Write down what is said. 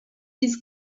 his